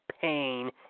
pain